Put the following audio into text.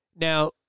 Now